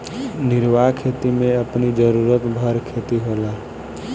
निर्वाह खेती में अपनी जरुरत भर खेती होला